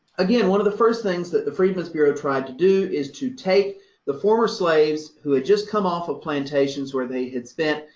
again, one of the first things that the freedmen's bureau tried to do is to take the former slaves, who had just come off of plantations where they had spent,